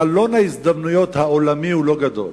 חלון ההזדמנויות העולמי הוא לא גדול,